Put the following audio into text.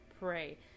pray